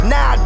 Now